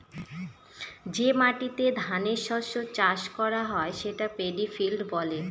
যে মাটিতে ধানের শস্য চাষ করা হয় সেটা পেডি ফিল্ড বলে